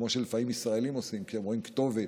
כמו שלפעמים ישראלים עושים כשהם רואים כתובת,